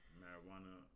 marijuana